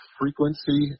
frequency